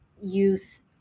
use